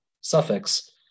suffix